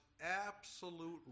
absolute